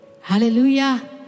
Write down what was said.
Hallelujah